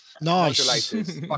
Nice